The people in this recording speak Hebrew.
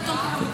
קטונתי.